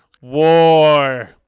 war